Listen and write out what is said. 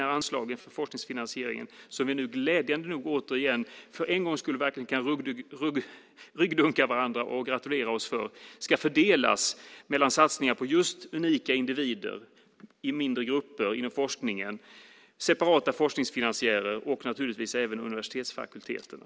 Anslagen för forskningsfinansieringen kan vi glädjande nog återigen för en gång skull dunka varandra i ryggen och gratulera oss för. Det handlar om hur de ska fördelas mellan satsningar på just unika individer, mindre grupper inom forskningen, separata forskningsfinansiärer och naturligtvis också universitetsfakulteterna.